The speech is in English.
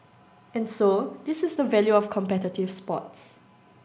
and so this is the value of competitive sports